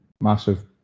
massive